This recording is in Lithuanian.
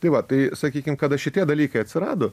tai va tai sakykim kada šitie dalykai atsirado